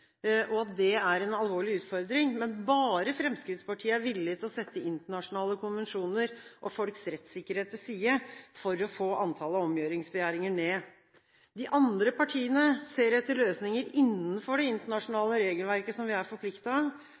og at det er en alvorlig utfordring, men bare Fremskrittspartiet er villig til å sette internasjonale konvensjoner og folks rettssikkerhet til side for å få antallet omgjøringsbegjæringer ned. De andre partiene ser etter løsninger innenfor det internasjonale regelverket som vi er